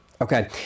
Okay